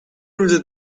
روزه